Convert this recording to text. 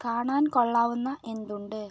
കാണാൻ കൊള്ളാവുന്ന എന്തുണ്ട്